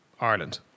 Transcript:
Ireland